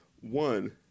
One